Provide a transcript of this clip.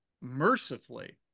mercifully